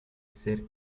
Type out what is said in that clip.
ser